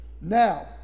Now